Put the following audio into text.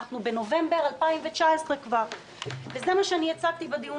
אנחנו כבר בנובמבר 2019. זה מה שהצגתי בדיון